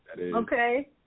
Okay